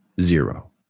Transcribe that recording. zero